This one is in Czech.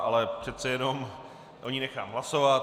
Ale přece jenom o ní nechám hlasovat.